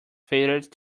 faded